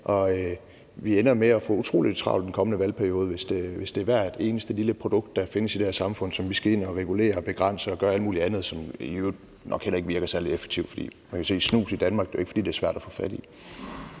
vi ender med at få utrolig travlt i den kommende valgperiode, hvis det er hvert eneste lille produkt, der findes i det her samfund, som vi skal ind at regulere og begrænse og gøre alt muligt andet, som i øvrigt nok heller ikke virker særlig effektivt. Hvad angår snus i Danmark, er det jo ikke, fordi